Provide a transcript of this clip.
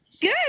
Good